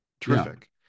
Terrific